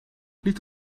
niet